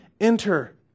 enter